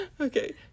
Okay